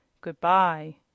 Goodbye